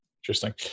Interesting